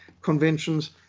Conventions